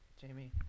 Jamie